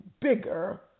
bigger